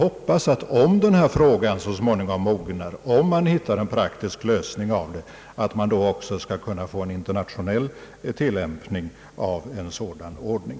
Om denna fråga så småningom mognar, om man hittar en praktisk lösning av den, hoppas jag att man också skall kunna få en internationell tillämpning av en sådan ordning.